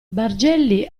bargelli